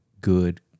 good